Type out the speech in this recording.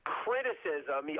criticism